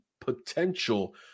potential